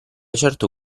certo